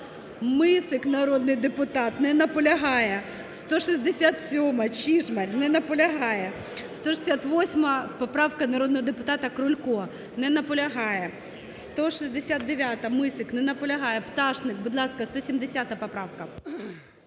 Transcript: Мисик, народний депутат, не наполягає. 167-а, Чижмарь. Не наполягає. 168 поправка народного депутата Крулька. Не наполягає. 169-а, Мисик. Не наполягає. Пташник, будь ласка, 170 поправка.